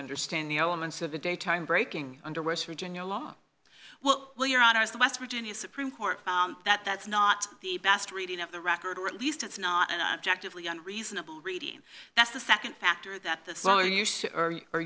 understand the elements of the daytime breaking under west virginia law well well your honor is the west virginia supreme court that that's not the best reading of the record or at least it's not an objectively unreasonable reading that's the nd factor that the slower you are